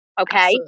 Okay